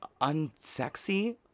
unsexy